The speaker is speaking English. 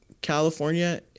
California